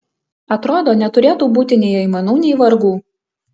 atrodo neturėtų būti nei aimanų nei vargų